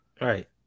Right